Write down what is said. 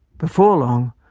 before long,